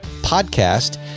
podcast